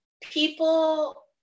people